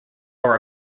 are